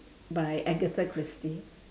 by agatha christie